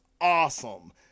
awesome